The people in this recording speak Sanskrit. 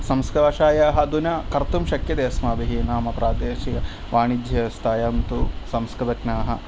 संस्कृतभाषायाः अधुना कर्तुं शक्यते अस्माभिः नाम प्रादेशिकवाणिज्यव्यवस्थायां तु संस्कृतज्ञाः